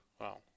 Wow